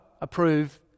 approve